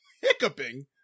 Hiccuping